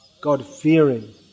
God-fearing